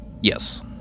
Yes